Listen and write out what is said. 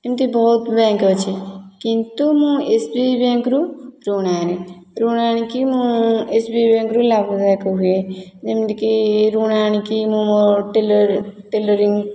ଏମିତି ବହୁତ ବ୍ୟାଙ୍କ୍ ଅଛି କିନ୍ତୁ ମୁଁ ଏସ୍ ବି ଆଇ ବ୍ୟାଙ୍କରୁ ଋଣ ଆଣେ ଋଣ ଆଣିକି ମୁଁ ଏସ୍ ବି ଆଇ ବ୍ୟାଙ୍କରୁ ଲାଭ ଦାୟକ ହୁଏ ଯେମିତି କି ଋଣ ଆଣିକି ମୁଁ ମୋ ଟେଲର୍ ଟେଲରିଂ